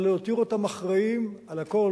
אבל להותיר אותם אחראים על הכול.